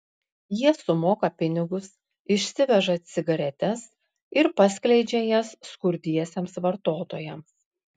jie sumoka pinigus išsiveža cigaretes ir paskleidžia jas skurdiesiems vartotojams